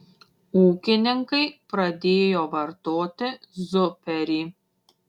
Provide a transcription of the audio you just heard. ūkininkai pradėjo vartoti zuperį